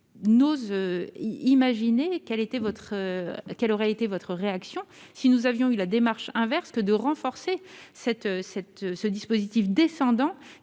n'ose imaginer quelle aurait été votre réaction si nous avions suivi la démarche inverse en renforçant le dispositif descendant